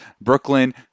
Brooklyn